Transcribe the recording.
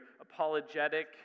apologetic